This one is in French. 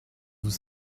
vous